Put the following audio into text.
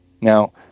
Now